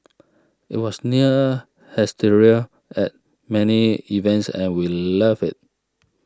it was near hysteria at many events and we loved it